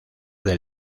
del